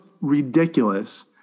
ridiculous